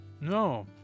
No